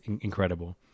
incredible